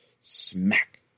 Smack